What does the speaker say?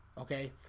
okay